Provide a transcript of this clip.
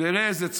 וראה איזה צחוק,